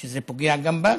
זה פוגע גם בכם,